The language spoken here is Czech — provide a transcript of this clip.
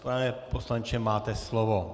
Pane poslanče, máte slovo.